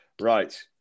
right